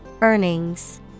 Earnings